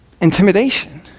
intimidation